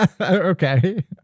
Okay